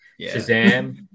Shazam